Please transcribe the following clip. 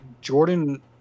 Jordan